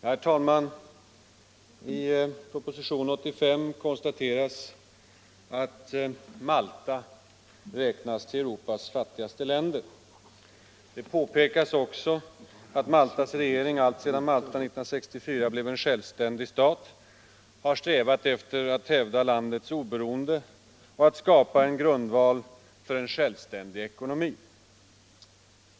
Herr talman! I propositionen 85 konstateras, att Malta räknas till Europas fattigaste länder. Det påpekas också att Maltas regering alltsedan Malta 1964 blev en självständig stat har strävat efter att hävda landets oberoende och att skapa en grundval för en självständig ekonomi.